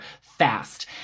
fast